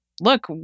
look